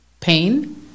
pain